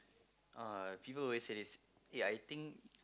uh people always say this eh I think